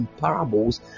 parables